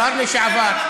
שר לשעבר,